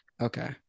Okay